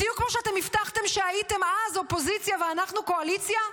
בדיוק כמו שאתם הבטחתם כשהייתם אז באופוזיציה ואנחנו בקואליציה.